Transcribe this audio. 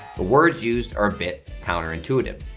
the words used are a bit counterintuitive.